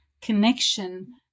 connection